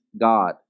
God